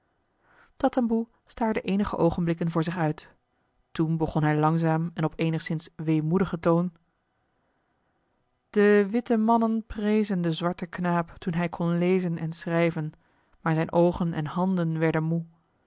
tatamboe staarde eenige oogenblikken voor zich uit toen begon hij langzaam en op eenigszins weemoedigen toon de witte mannen prezen den zwarten knaap toen hij kon lezen en schrijven maar zijne oogen en handen werden moe